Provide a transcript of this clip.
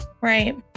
Right